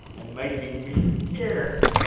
and making me care,